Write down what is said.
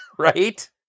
Right